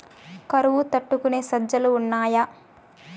కరువు తట్టుకునే సజ్జలు ఉన్నాయా